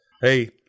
Hey